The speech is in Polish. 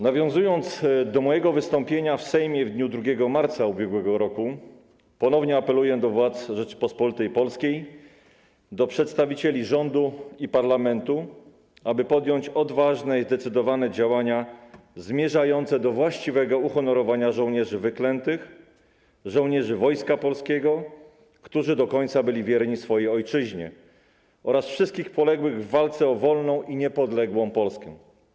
Nawiązując do mojego wystąpienia w Sejmie w dniu 2 marca ub.r., ponownie apeluję do władz Rzeczypospolitej Polskiej, do przedstawicieli rządu i parlamentu, o podjęcie odważnych i zdecydowanych działań zmierzających do właściwego uhonorowania żołnierzy wyklętych, żołnierzy Wojska Polskiego, którzy do końca byli wierni swojej ojczyźnie, oraz wszystkich poległych w walce o wolną i niepodległą Polskę.